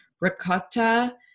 ricotta